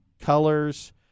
colors